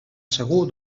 segur